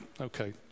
okay